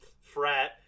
frat